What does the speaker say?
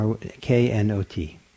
K-N-O-T